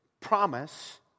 promise